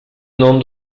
non